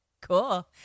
Cool